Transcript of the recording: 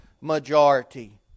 majority